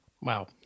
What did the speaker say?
wow